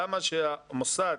למה שהמוסד